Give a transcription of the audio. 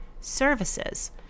services